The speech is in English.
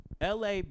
LA